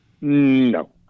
No